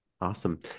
awesome